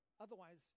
Otherwise